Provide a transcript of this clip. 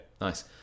Nice